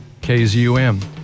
KZUM